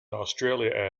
australia